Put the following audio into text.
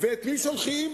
ואת מי שולחים?